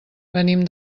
venim